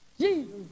Jesus